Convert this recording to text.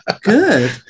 good